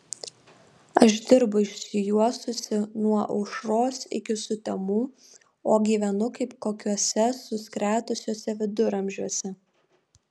aš dirbu išsijuosusi nuo aušros iki sutemų o gyvenu kaip kokiuose suskretusiuose viduramžiuose